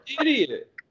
idiot